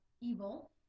evil